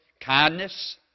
Kindness